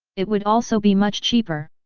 it would also be much cheaper.